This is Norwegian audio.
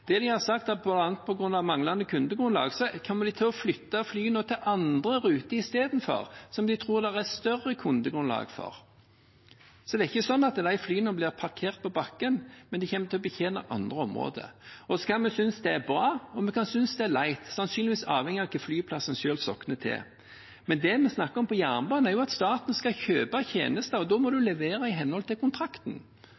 Det de har sagt, er at bl.a. på grunn av manglende kundegrunnlag kommer de isteden til å flytte flyene til andre ruter, som de tror det er større kundegrunnlag for. Så det er ikke slik at disse flyene blir parkert på bakken; de kommer til å betjene andre områder. Vi kan synes det er bra, og vi kan synes det er leit – sannsynligvis avhengig av hvilken flyplass en selv sokner til. Men det vi snakker om når det gjelder jernbanen, er at staten skal kjøpe tjenester, og da må